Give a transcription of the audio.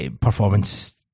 performance